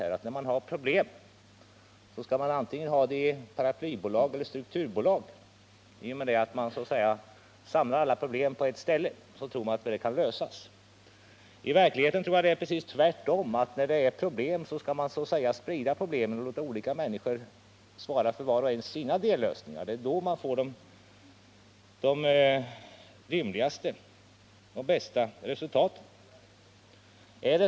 När man har problem skall man ha dem antingen i paraplybolag eller i strukturbolag. Genom att samla alla problem på ett ställe tror man att man löser dem. I verkligheten tror jag att det är precis tvärtom: Man skall sprida problemen och låta olika människor svara för dellösningar. Det är då man får de rimligaste och bästa resultaten.